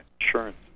insurance